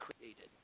created